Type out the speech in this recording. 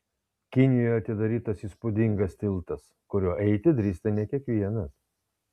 kinijoje atidarytas įspūdingas tiltas kuriuo eiti drįsta ne kiekvienas